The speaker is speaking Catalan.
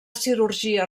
cirurgia